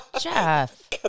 Jeff